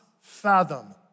fathom